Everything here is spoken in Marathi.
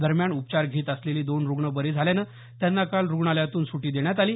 दरम्यान उपचार घेत असलेले दोन रुग्ण बरे झाल्यानं त्यांना काल रुग्णालयातून स्टी देण्यात आली